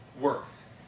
worth